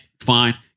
Fine